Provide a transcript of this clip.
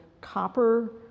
copper